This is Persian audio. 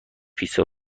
پیتزا